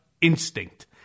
instinct